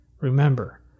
Remember